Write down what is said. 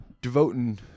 Devoting